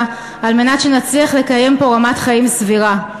על מנת שנצליח לקיים פה רמת חיים סבירה.